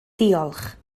diolch